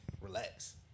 relax